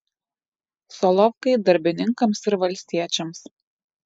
solovkai darbininkams ir valstiečiams